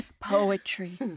Poetry